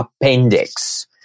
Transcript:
appendix